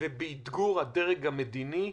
ובאתגור הדרג המדיני.